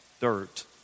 dirt